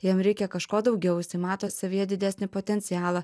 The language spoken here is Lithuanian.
jam reikia kažko daugiau jisai mato savyje didesnį potencialą